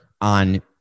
on